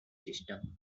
system